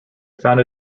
found